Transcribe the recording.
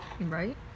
Right